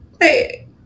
hey